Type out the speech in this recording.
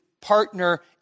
partner